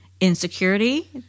insecurity